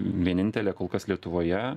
vienintelė kol kas lietuvoje